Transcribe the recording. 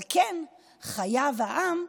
על כן חייב העם,